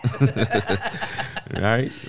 right